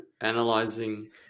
analyzing